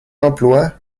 emploi